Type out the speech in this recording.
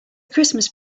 christmas